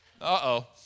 Uh-oh